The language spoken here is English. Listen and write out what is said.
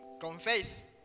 confess